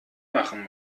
machen